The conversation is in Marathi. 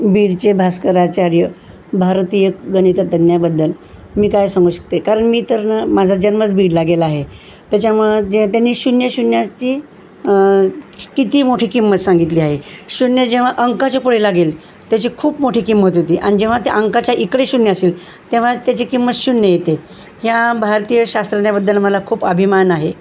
बीडचे भास्कराचार्य भारतीय गणितज्ञाबद्दल मी काय सांगू शकते कारण मी तर न माझा जन्मच बीड ला गेला आहे त्याच्यामुळ जे त्यांनी शून्य शून्याची किती मोठी किंमत सांगितली आहे शून्य जेव्हा अंकाच्या पुढे लागेल त्याची खूप मोठी किंमत होती अन जेव्हा त्या अंकाच्या इकडे शून्य असेल तेव्हा त्याची किंमत शून्य येते ह्या भारतीय शास्त्रज्ञाबद्दल मला खूप अभिमान आहे